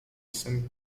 sen